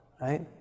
Right